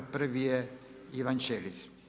Prvi je Ivan Ćelić.